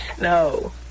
No